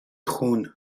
خون